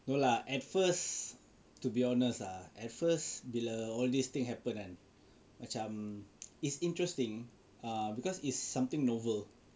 no lah at first to be honest ah at first bila all this thing happen kan macam um it's interesting err because is something novel